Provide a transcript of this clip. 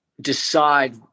decide